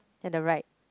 at the right